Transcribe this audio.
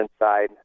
inside